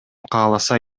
кааласа